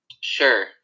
Sure